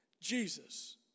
Jesus